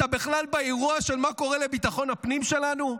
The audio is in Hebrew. אתה בכלל באירוע של מה שקורה לביטחון הפנים שלנו?